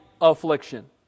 affliction